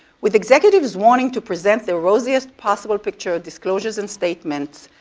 with executives wanting to present the rosiest possible picture of disclosures and statements,